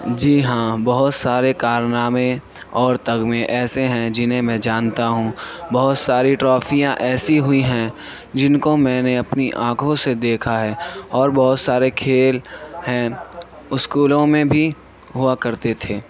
جی ہاں بہت سارے کارنامے اور تمغے ایسے ہیں جنہیں میں جانتا ہوں بہت ساری ٹرافیاں ایسی ہوئی ہیں جن کو میں نے اپنی آنکھوں سے دیکھا ہے اور بہت سارے کھیل ہیں اسکولوں میں بھی ہوا کرتے تھے